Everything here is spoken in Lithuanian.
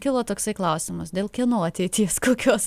kilo toksai klausimas dėl kieno ateities kokios